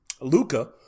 Luca